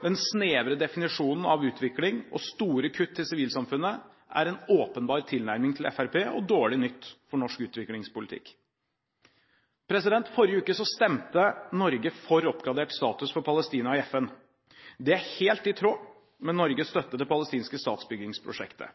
den snevre definisjonen av utvikling og store kutt i sivilsamfunnet er en åpenbar tilnærming til Fremskrittspartiet og dårlig nytt for norsk utviklingspolitikk. Forrige uke stemte Norge for oppgradert status for Palestina i FN. Det er helt i tråd med Norges støtte til det palestinske statsbyggingsprosjektet.